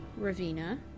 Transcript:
Ravina